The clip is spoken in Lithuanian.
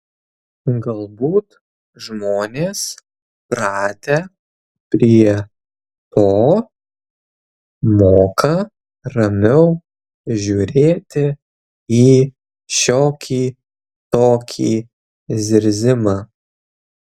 galbūt žmonės pratę prie to moka ramiau žiūrėti į šiokį tokį zirzimą